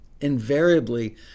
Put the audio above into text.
invariably